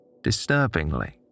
Disturbingly